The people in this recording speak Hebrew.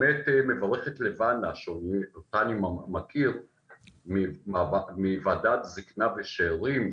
שאני באמת מברך את לבנה שאותה אני מכיר מוועדת זקנה ושארים,